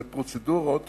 ופרוצדורות